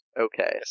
Okay